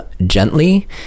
gently